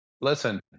listen